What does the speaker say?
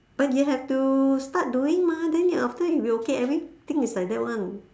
but you have to start doing mah then you after you will okay everything is like that [one]